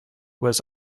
was